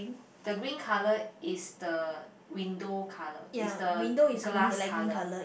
the green colour is the window colour is the glass colour